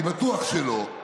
אני בטוח שלא,